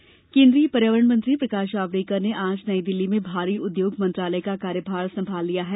जावडेकर कार्यभार केन्द्रीय पर्यावरण मंत्री प्रकाश जावड़ेकर ने आज नई दिल्ली में भारी उद्योग मंत्रालय का कार्यभार संभाल लिया है